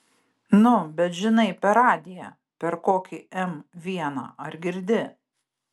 nu bet žinai per radiją per kokį m vieną ar girdi